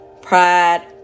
Pride